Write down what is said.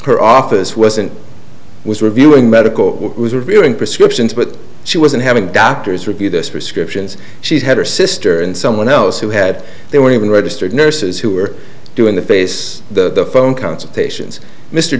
her office wasn't was reviewing medical was revealing prescriptions but she wasn't having doctors review this prescriptions she had her sister and someone else who had there were even registered nurses who were doing the face the phone consultations mr